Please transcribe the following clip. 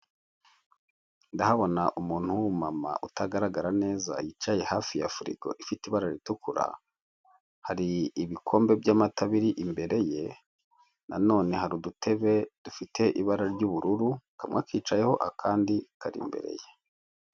Ndahabona umuntu w'umumama utagaragara neza yicaye hafi ya firigo ifite ibara ritukura, hari ibikombe by'amata biri imbere ye na none hari udutebe dufite ibara ry'ubururu kamwe akicayeho akandi kari imbere ye.